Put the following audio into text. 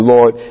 Lord